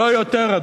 לא יותר,